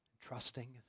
Trusting